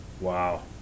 Wow